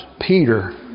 Peter